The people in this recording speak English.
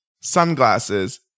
sunglasses